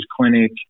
clinic